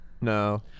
No